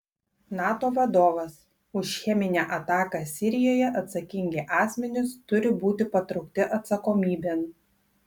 nato vadovas už cheminę ataką sirijoje atsakingi asmenys turi būti patraukti atsakomybėn